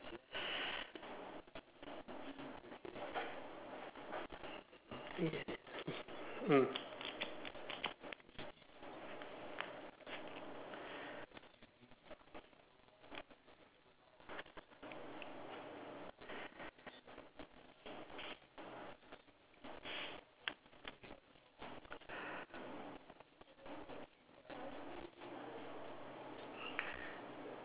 mm